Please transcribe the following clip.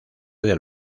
del